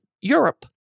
Europe